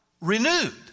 Renewed